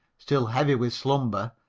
still heavy with slumber,